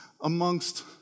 amongst